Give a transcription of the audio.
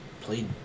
played